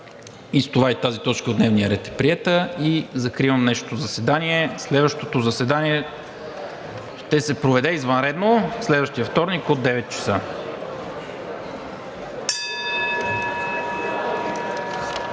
С това и тази точка от дневния ред е приета. Закривам заседанието. Следващото заседание ще се проведе извънредно следващия вторник от 9,00 ч.